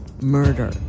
murder